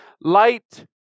light